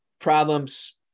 problems